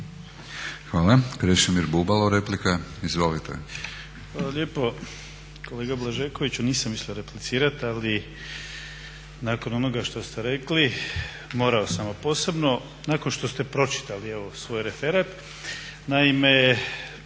Hvala. Krešimir Bubalo, replika. Izvolite. **Bubalo, Krešimir (HDSSB)** Hvala lijepo. Kolega Blažekoviću nisam mislio replicirati ali nakon onoga što ste rekli, morao sam a posebno nakon što ste pročitali evo svoj referat. Naime,